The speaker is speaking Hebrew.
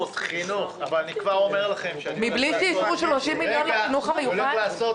זה הכוח שלנו מול משרד